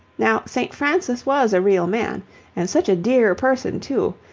now, st. francis was a real man and such a dear person too,